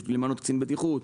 יש למנות קצין בטיחות,